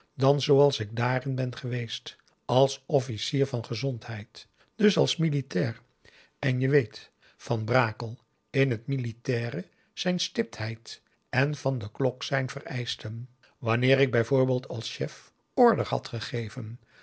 dan zooals ik daarin ben geweest als officier van gezondheid dus als militair en je weet van brakel in het militaire zijn stiptheid en van de klok zijn vereischten wanneer ik bijvoorbeeld als chef order had gegeven